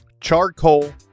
charcoal